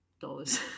dollars